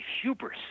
hubris